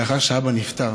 לאחר שאבא נפטר,